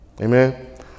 Amen